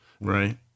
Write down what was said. right